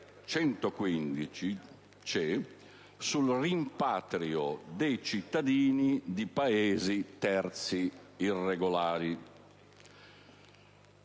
e di rimpatrio dei cittadini di Paesi terzi irregolari.